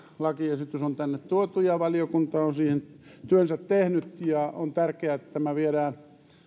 lakiesitys on tänne tuotu ja valiokunta on siihen työnsä tehnyt ja on tärkeää että tämä viedään